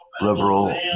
liberal